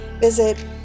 visit